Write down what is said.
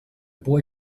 boy